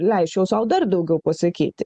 leisčiau sau dar daugiau pasakyti